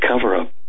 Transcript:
cover-up